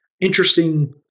interesting